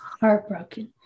heartbroken